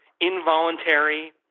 involuntary